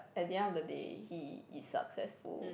at the end of the day he is successful